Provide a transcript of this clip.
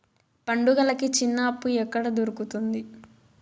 పండుగలకి చిన్న అప్పు ఎక్కడ దొరుకుతుంది